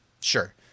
sure